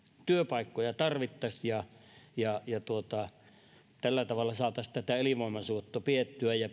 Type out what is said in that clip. työpaikkoja tarvittaisiin ja ja tällä tavalla saataisiin tätä elinvoimaisuutta pidettyä ja